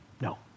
No